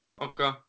Okay